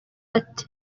ati